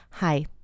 Hi